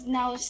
now